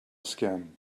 skin